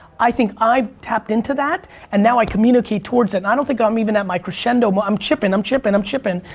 i think i've tapped into that and now i communicate towards it. and i don't think i'm even at my crescendo, i'm chippin', i'm chippin', i'm chippin'.